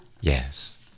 Yes